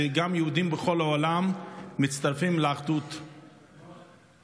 וגם יהודים מכל העולם מצטרפים לאחדות הזאת.